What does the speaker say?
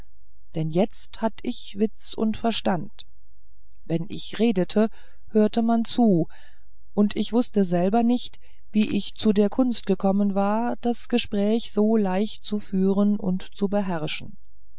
denn jetzt hatt ich witz und verstand wenn ich redete hörte man zu und ich wußte selber nicht wie ich zu der kunst gekommen war das gespräch so leicht zu führen und zu beherrschen